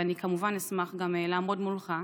ואני כמובן אשמח גם לעמוד מולך.